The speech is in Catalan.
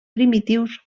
primitius